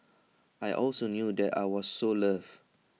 I also knew that I was so loved